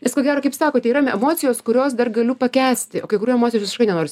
nes ko gero kaip sakote yra emocijos kurios dar galiu pakęsti o kai kurių emocijų visiškai nenoris